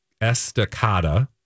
Estacada